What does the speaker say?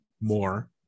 more